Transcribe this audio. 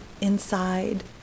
inside